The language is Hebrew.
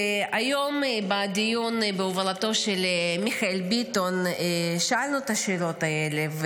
היום בדיון בהובלתו של מיכאל ביטון שאלנו את השאלות האלה.